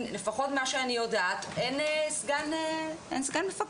לפחות מה שאני יודעת אין סגן מפקד.